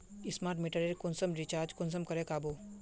Smart मीटरेर कुंसम recharge कुंसम करे का बो?